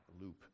loop